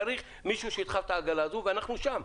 צרי מישהו שידחוף את העגלה הזו, ואנחנו שם.